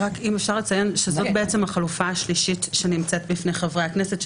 אם אפשר לציין שזאת בעצם החלופה השלישית שנמצאת בפני חברי הכנסת,